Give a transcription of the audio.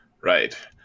Right